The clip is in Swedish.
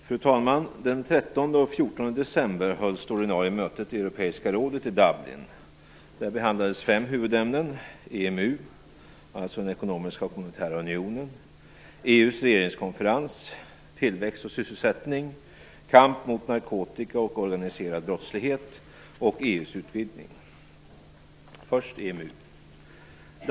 Fru talman! Den 13 och 14 december hölls det ordinarie mötet i Europeiska rådet i Dublin. Där behandlades fem huvudämnen: EMU, alltså den ekonomiska och monetära unionen, EU:s regeringskonferens, tillväxt och sysselsättning, kamp mot narkotika och organiserad brottslighet samt EU:s utvidgning. Först skall jag säga något om EMU.